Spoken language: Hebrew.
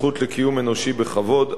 הזכות לקיום אנושי בכבוד,